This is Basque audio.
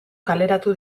kaleratu